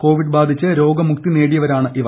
Covid ബാധിച്ച് രോഗമുക്തി ന്ന്ടിയവരാണ് ഇവർ